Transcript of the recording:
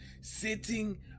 Sitting